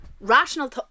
rational